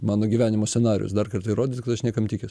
mano gyvenimo scenarijus dar kartą įrodyt kad aš niekam tikęs